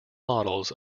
models